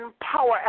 power